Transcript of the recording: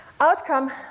outcome